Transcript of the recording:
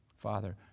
Father